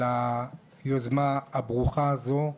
על היוזמה הברוכה הזו.